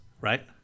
right